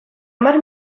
hamar